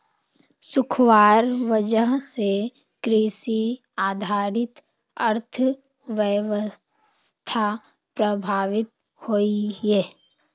सुखार वजह से कृषि आधारित अर्थ्वैवास्था प्रभावित होइयेह